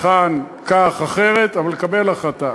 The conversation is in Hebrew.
לכאן, כך, אחרת, אבל לקבל החלטה.